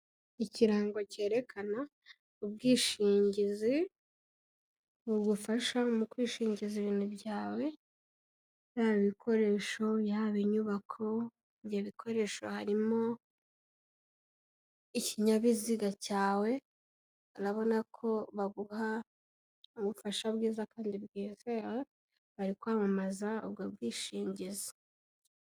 Ikirango cyerekana ubwishingizi, bugufasha mu kwishingiza ibintu byawe, yaba ibikoresho, yaba inyubako, ibyo bikoresho harimo ikinyabiziga cyawe, urabona ko baguha ubufasha bwiza kandi bwizewe, bari kwamamaza ubwo bwishingizi.